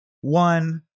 One